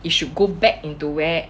you should go back into where